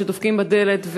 כשדופקים בדלת,